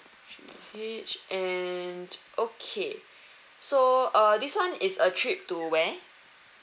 G H and okay so uh this one is a trip to where